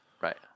Right